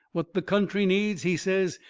what the country needs, he says,